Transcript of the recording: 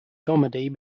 comedy